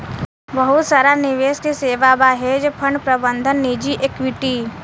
बहुत सारा निवेश के सेवा बा, हेज फंड प्रबंधन निजी इक्विटी